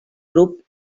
grup